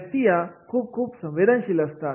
व्यक्ती या खूप खूप संवेदनशील असतात